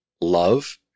Love